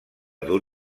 dur